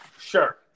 Sure